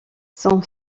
son